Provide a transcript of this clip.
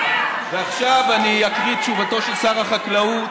ועכשיו אני אקריא את תשובתו של שר החקלאות,